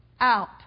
out